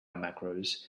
macros